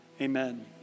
amen